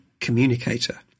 communicator